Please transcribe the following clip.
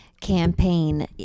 campaign